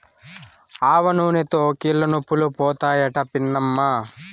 ఆవనూనెతో కీళ్లనొప్పులు పోతాయట పిన్నమ్మా